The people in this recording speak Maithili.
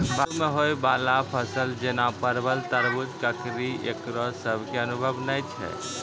बालू मे होय वाला फसल जैना परबल, तरबूज, ककड़ी ईकरो सब के अनुभव नेय छै?